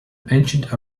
ancient